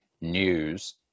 news